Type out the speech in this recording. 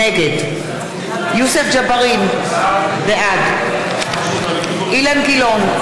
נגד יוסף ג'בארין, בעד אילן גילאון,